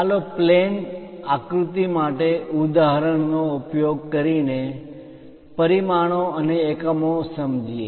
ચાલો પ્લેન આકૃતિ માટે ઉદાહરણનો ઉપયોગ કરીને પરિમાણો અને એકમો સમજીએ